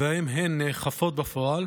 ואם הן נאכפות בפועל,